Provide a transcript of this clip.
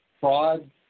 fraud